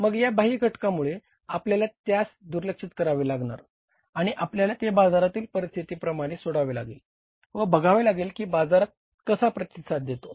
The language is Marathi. मग या बाह्य घटकामुळे आपल्याला त्यास दुर्लक्षित करावे लागणार आणि आपल्याला ते बाजारातील परिस्थिती प्रमाणे सोडावे लागेल व बघावे लागेल की बाजार कसा प्रतिसाद देतो